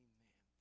Amen